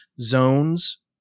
zones